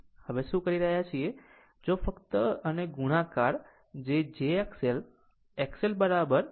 હવે શું કરી રહ્યા છે જો ફક્ત અને ગુણાકાર જે j XL